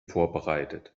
vorbereitet